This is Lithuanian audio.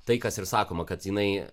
tai kas ir sakoma kad jinai